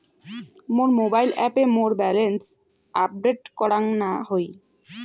মোর mobile অ্যাপে মোর balance update করাং না হই